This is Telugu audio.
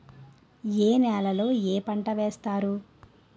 ఏ నేలలో ఏ పంట వేస్తారు?